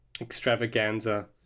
extravaganza